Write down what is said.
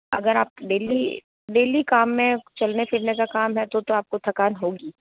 अगर आप daily daily काम में चलने फिरने का काम है तो तो आपको थकान होगी